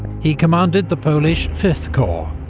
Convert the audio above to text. he commanded the polish fifth corps.